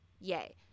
Yay